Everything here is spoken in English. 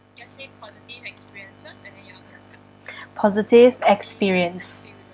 positive experience